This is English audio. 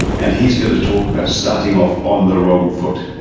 and he's going to talk about starting off on the wrong foot.